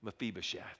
Mephibosheth